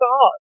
God